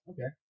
Okay